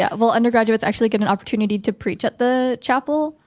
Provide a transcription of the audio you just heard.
yeah. well, undergraduates actually get an opportunity to preach at the chapel,